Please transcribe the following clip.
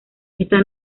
esta